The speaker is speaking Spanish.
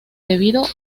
debido